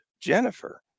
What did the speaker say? Jennifer